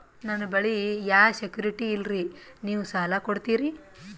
ನನ್ನ ಬಳಿ ಯಾ ಸೆಕ್ಯುರಿಟಿ ಇಲ್ರಿ ನೀವು ಸಾಲ ಕೊಡ್ತೀರಿ?